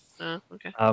okay